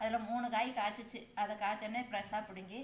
அதுல மூணு காய் காய்ச்சிச்சு அத காச்சவுடனே ஃப்ரெஷாக பிடுங்கி